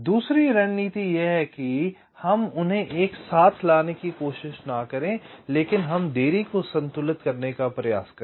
दूसरी रणनीति यह है कि हम उन्हें एक साथ लाने की कोशिश न करें लेकिन हम देरी को संतुलित करने का प्रयास करें